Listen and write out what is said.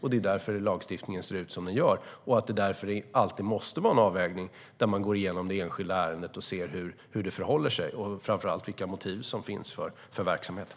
Det är därför som lagstiftningen ser ut som den gör och att det alltid måste vara en avvägning där man går igenom det enskilda ärendet och ser hur det förhåller sig och framför allt vilka motiv som finns för verksamheten.